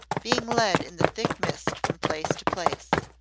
being led in the thick mist from place to place.